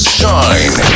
shine